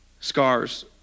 Scars